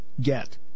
get